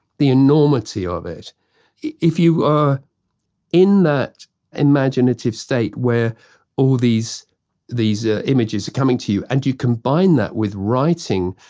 the enormity of it if you are in that imaginative state where all these images ah images are coming to you and you combine that with writing,